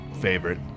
Favorite